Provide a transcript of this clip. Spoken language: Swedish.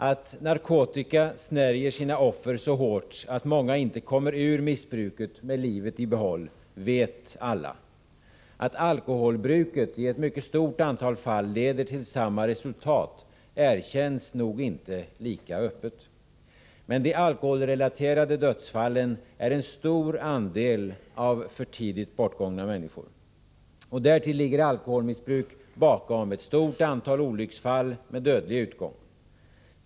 Att narkotikan snärjer sina offer så hårt att många inte kommer ur missbruket med livet i behåll vet alla. Att alkoholbruket i ett mycket stort antal fall leder till samma resultat erkänns nog inte lika öppet. Men de alkoholrelaterade dödsfallen är en stor andel av för tidigt bortgångna människor. Och därtill ligger alkoholmissbruk bakom ett stort antal olycksfall med dödlig utgång.